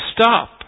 Stop